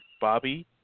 Bobby